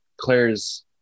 Claire's